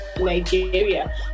nigeria